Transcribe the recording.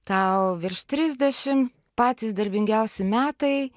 tau virš trisdešim patys darbingiausi metai